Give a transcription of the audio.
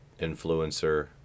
influencer